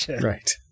Right